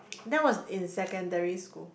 that was in secondary school